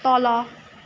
तल